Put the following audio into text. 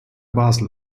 basel